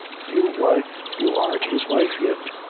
you, why you arn't his wife yet,